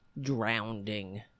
drowning